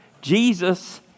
Jesus